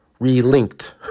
relinked